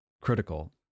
critical